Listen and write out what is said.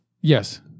yes